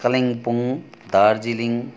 Kalimpong Darjeeling